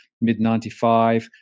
mid-95